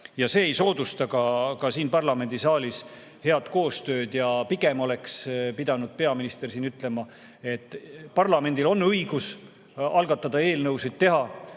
ja see ei soodusta ka siin parlamendisaalis head koostööd. Pigem oleks pidanud peaminister siin ütlema, et parlamendil on õigus algatada eelnõusid, ta